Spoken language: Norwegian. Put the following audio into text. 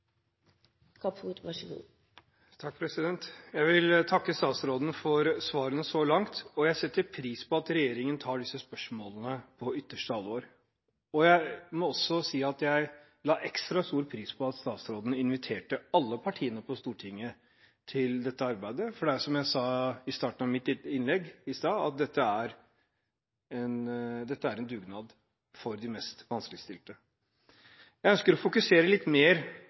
for svarene så langt, og jeg setter pris på at regjeringen tar disse spørsmålene på største alvor. Jeg må også si at jeg satte ekstra stor pris på at statsråden inviterte alle partiene på Stortinget til dette arbeidet, for dette er, som jeg sa i starten av mitt innlegg i stad, en dugnad for de mest vanskeligstilte. Jeg ønsker å fokusere litt mer